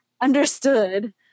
understood